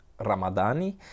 Ramadani